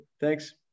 Thanks